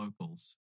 locals